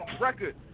record